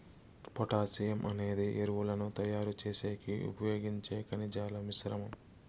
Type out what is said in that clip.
potassium అనేది ఎరువులను తయారు చేసేకి ఉపయోగించే ఖనిజాల మిశ్రమం